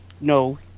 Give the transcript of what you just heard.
No